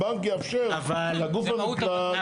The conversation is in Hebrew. הבנק יאפשר לגוף --- כן,